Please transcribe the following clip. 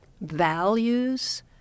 values